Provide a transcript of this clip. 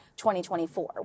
2024